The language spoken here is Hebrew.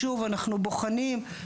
אנחנו בוחנים,